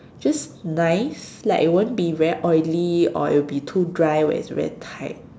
just nice like it won't be very oily or it'll be too dry where it's very tight